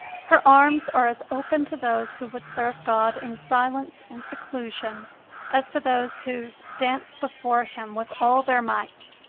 her arms are as open to those who would serve god in silence and seclusion as to those who dance before him with all their might.